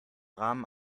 rahmen